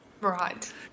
Right